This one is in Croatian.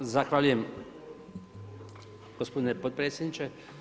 Zahvaljujem gospodine potpredsjedniče.